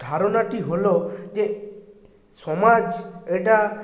ধারণাটি হল যে সমাজ এটা